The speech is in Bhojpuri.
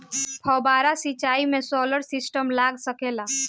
फौबारा सिचाई मै सोलर सिस्टम लाग सकेला?